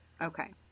Okay